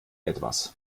etwas